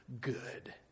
good